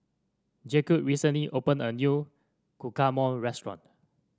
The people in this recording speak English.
Jacque recently opened a new Guacamole restaurant